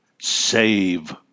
Save